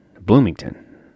Bloomington